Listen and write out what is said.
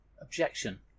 objection